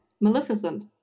Maleficent